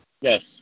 Yes